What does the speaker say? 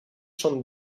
són